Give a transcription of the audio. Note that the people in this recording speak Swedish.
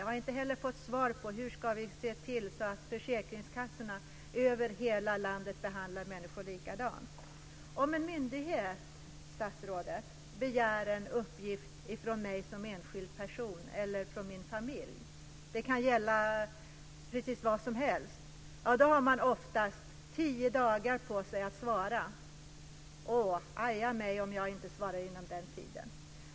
Jag har inte heller fått svar på hur vi ska se till att försäkringskassorna över hela landet behandlar människor likadant. Om en myndighet, statsrådet, begär en uppgift från mig som enskild person eller från min familj - det kan gälla precis vad som helst - har jag oftast tio dagar på mig att svara. Aja mig om jag inte svarar inom den tiden.